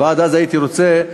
ועד אז הייתי רוצה,